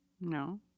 No